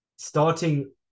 Starting